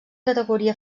categoria